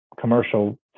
commercial